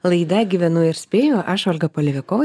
laida gyvenu ir spėju aš olga polevikova